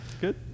good